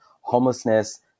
homelessness